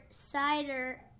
cider